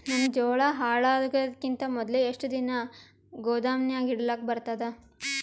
ನನ್ನ ಜೋಳಾ ಹಾಳಾಗದಕ್ಕಿಂತ ಮೊದಲೇ ಎಷ್ಟು ದಿನ ಗೊದಾಮನ್ಯಾಗ ಇಡಲಕ ಬರ್ತಾದ?